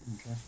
Okay